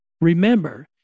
remember